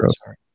Sorry